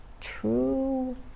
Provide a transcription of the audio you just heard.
true